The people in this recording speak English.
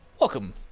Welcome